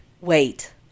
wait